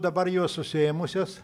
dabar jos užsiėmusios